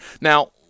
Now